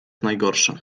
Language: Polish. najgorsze